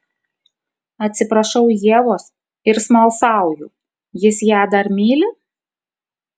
atsiprašau ievos ir smalsauju jis ją dar myli